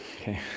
okay